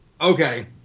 Okay